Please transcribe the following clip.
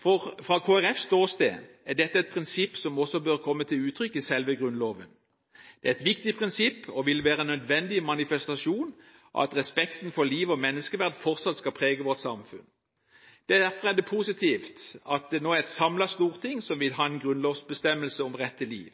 Fra Kristelig Folkepartis ståsted er dette et prinsipp som også bør komme til uttrykk i selve Grunnloven. Det er et viktig prinsipp og vil være nødvendig manifestasjon at respekten for liv og menneskeverd fortsatt skal prege vårt samfunn. Derfor er det positivt at det nå er et samlet storting som vil ha en